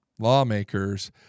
Lawmakers